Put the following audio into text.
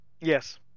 Yes